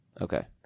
Okay